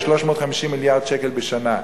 שזה 350 מיליארד שקל בשנה.